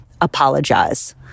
apologize